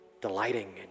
delighting